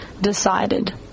decided